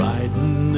Riding